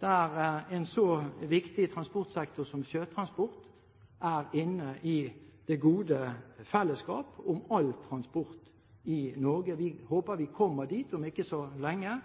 der en så viktig transportsektor som sjøtransporten er inne i det gode fellesskap med all transport i Norge. Vi håper vi kommer dit om ikke så lenge.